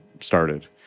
started